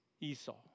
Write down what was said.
Esau